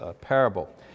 parable